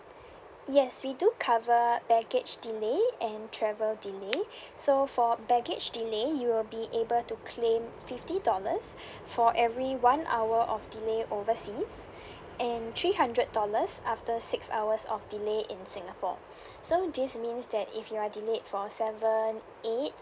yes we do cover baggage delay and travel delay so for baggage delay you will be able to claim fifty dollars for every one hour of delay overseas and three hundred dollars after six hours of delay in singapore so this means that if you are delayed for seven eight